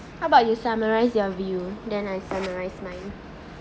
how about you summarize your view then I summarize mine